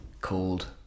called